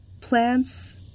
plants